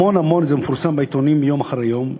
זה מפורסם בעיתונים יום אחרי יום,